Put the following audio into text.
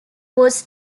was